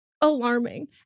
alarming